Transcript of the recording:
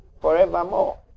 forevermore